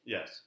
Yes